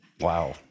Wow